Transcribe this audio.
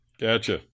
gotcha